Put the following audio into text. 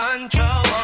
Control